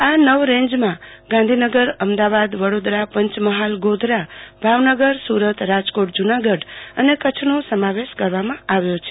આ નવ રેન્જમાં ગાંધીનગરઅમદાવાદ વડોદરા પંચમહાલ ગોધરાભાવનગરસુ રતરાજકોટજુનાગઢ અને કચ્છનો સમાવેશ કરવામાં આવ્યો છે